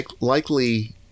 likely